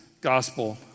gospel